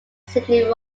sydney